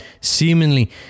seemingly